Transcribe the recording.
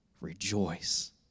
Rejoice